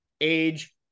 age